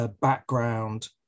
Background